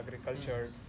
agriculture